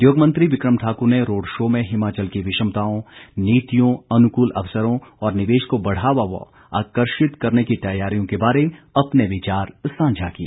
उद्योग मंत्री बिक्रम ठाकुर ने रोड़ शो में हिमाचल की विषमताओं नीतियों अनुकूल अवसरों और निवेश को बढ़ावा व आकर्षित करने की तैयारियों के बारे अपने विचार सांझा किए